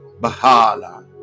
Bahala